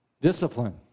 Discipline